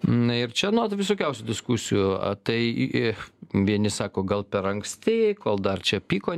na ir čia visokiausių diskusijų tai vieni sako gal per anksti kol dar čia pyko